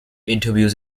interviews